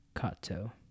Cato